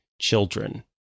children